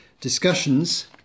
discussions